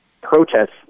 protests